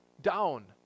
down